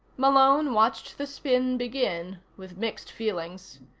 malone watched the spin begin with mixed feelings.